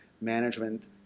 management